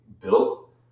built